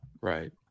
Right